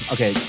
Okay